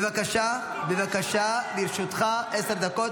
אני לא רוצה לקרוא אותך לסדר.